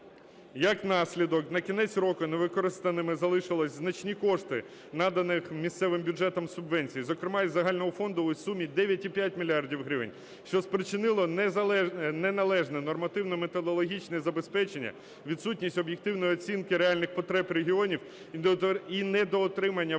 Як наслідок, на кінець року невикористаними залишилися значні кошти наданих місцевим бюджетам субвенцій, зокрема, із загального фонду у сумі 9,5 мільярда гривень, що спричинило неналежне нормативно-методологічне забезпечення, відсутність об'єктивної оцінки реальних потреб регіонів і недоотримання вимог